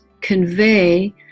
convey